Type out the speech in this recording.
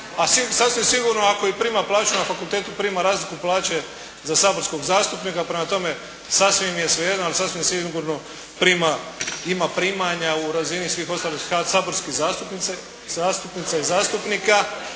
A sasvim sigurno ako i prima plaću na fakultetu prima razliku plaće za saborskog zastupnika. Prema tome sasvim mi je svejedno ali sasvim sigurno prima, ima primanja u razini svih ostalih saborskih zastupnica i zastupnika